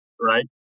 right